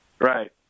Right